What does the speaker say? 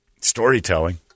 Storytelling